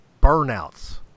burnouts